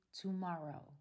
tomorrow